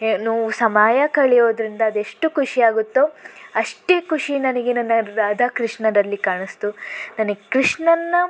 ಏನು ಸಮಯ ಕಳೆಯೋದ್ರಿಂದ ಅದೆಷ್ಟು ಖುಷಿಯಾಗುತ್ತೋ ಅಷ್ಟೇ ಖುಷಿ ನನಗೆ ನನ್ನ ರಾಧಾಕೃಷ್ಣರಲ್ಲಿ ಕಾಣಿಸ್ತು ನನಗೆ ಕೃಷ್ಣನ್ನ